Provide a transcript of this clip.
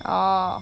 orh